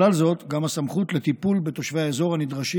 ובכלל זאת גם הסמכות לטיפול בתושבי האזור הנדרשים